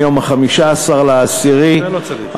מיום 15 באוקטובר 2012. את זה לא צריך,